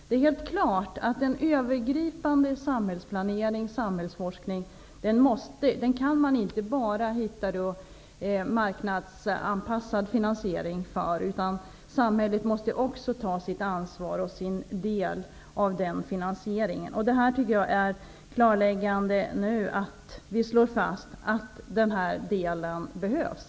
Det är helt klart att man till den övergripande samhällsplaneringen och samhällsforskningen inte enbart kan hitta marknadsanpassad finansiering, utan samhället måste också ta sitt ansvar och sin del av den finansieringen. Jag tycker att det är klarläggande att vi nu slår fast att den här delen behövs.